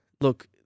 Look